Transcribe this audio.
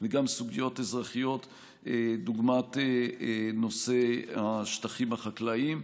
וגם סוגיות אזרחיות דוגמת נושא השטחים החקלאיים.